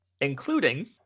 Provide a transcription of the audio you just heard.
including